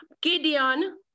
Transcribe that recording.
Gideon